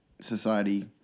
society